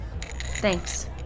Thanks